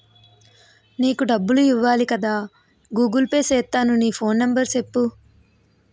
నీకు డబ్బులు ఇవ్వాలి కదా గూగుల్ పే సేత్తాను నీ ఫోన్ నెంబర్ సెప్పు